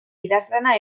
idazlana